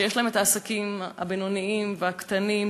שיש להם עסקים בינוניים וקטנים,